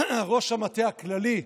ראש המטה הכללי,